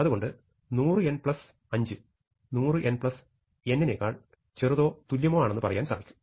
അതുകൊണ്ടു 100n5 100nn നേക്കാൾ ചെറുതോ തുല്യമോ ആണെന്ന് പറയാൻ സാധിക്കും